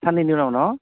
साननैनि उनाव न'